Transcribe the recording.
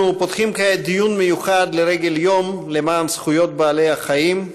אנחנו פותחים כעת דיון מיוחד לרגל היום למען זכויות בעלי-החיים,